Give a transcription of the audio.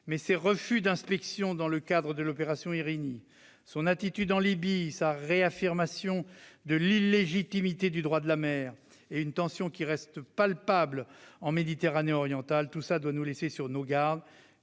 Mais ses refus d'inspection dans le cadre de l'opération Irini, son attitude en Libye, sa réaffirmation de l'illégitimité du droit de la mer et une tension qui reste palpable en Méditerranée orientale doivent nous laisser sur nos gardes.